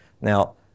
Now